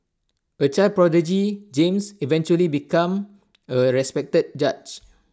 A child prodigy James eventually become A respected judge